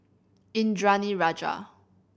Indranee Rajah